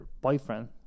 boyfriend